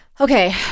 Okay